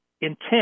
intent